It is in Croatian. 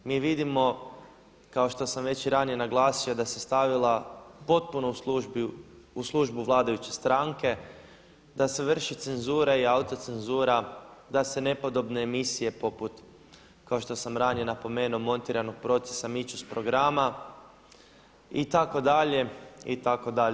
Mi vidimo kao što sam već i ranije naglasio da se stavila potpuno u službu vladajuće stranke, da se vrši cenzura i autocenzura da se nepodobne emisije poput kao što sam ranije napomenuo montiranog procesa miču s programa itd., itd.